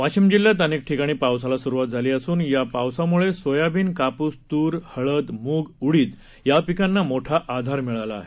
वाशिम जिल्ह्यात अनेक ठिकाणी पावसाला स्रुवात झाली असून या पावसामुळे सोयाबीन कापूस तूरहळदमूगउडीद या पिकांना मोठा आधार मिळाला आहे